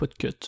Podcut